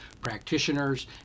practitioners